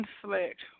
conflict